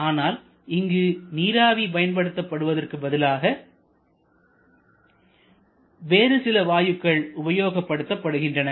ஆனால் இங்கு நீராவி பயன்படுத்துவதற்கு பதிலாக வேறு சில வாயுக்கள் உபயோகப்படுத்தப்படுகின்றன